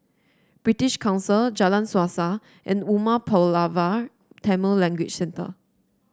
British Council Jalan Suasa and Umar Pulavar Tamil Language Centre